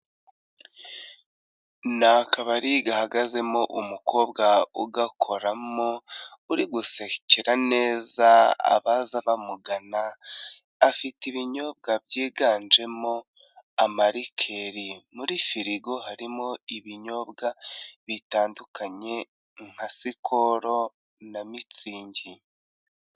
Ni akabari gahagazemo umukobwa ugakoramo uri gusekera neza abaza bamugana, afite ibinyobwa byiganjemo amarikeri, muri firigo harimo ibinyobwa bitandukanye nka sikoro na mitsingi.